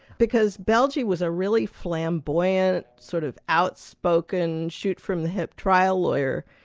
because belge was a really flamboyant sort of outspoken, shoot from the hip trial lawyer,